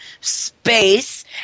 space